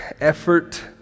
effort